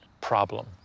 problem